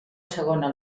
segona